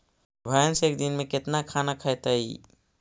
भैंस एक दिन में केतना खाना खैतई?